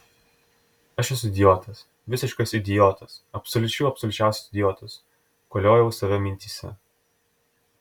aš esu idiotas visiškas idiotas absoliučių absoliučiausias idiotas koliojau save mintyse